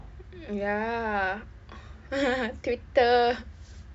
ya twitter